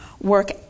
work